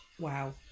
wow